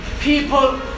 people